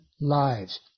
lives